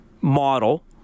model